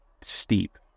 steep